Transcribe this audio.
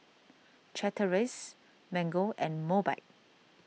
Chateraise Mango and Mobike